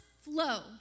flow